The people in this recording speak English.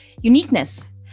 uniqueness